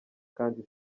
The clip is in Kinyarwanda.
kandi